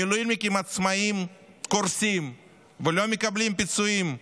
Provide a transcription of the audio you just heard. מילואימניקים עצמאים קורסים ולא מקבלים פיצויים.